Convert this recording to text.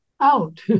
out